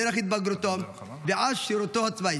דרך התבגרותו ועד שירותו הצבאי.